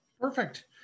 Perfect